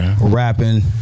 rapping